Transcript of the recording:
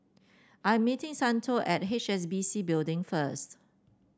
I am meeting Santo at H S B C Building first